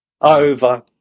over